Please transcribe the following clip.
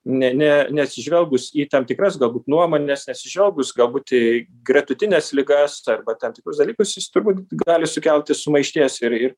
ne ne neatsižvelgus į tam tikras galbūt nuomones neatsižvelgus galbūt į gretutines ligas arba tam tikrus dalykus jis turbūt gali sukelti sumaišties ir ir